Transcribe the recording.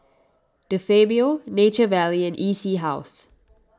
De Fabio Nature Valley and E C House